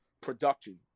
production